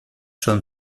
son